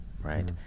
Right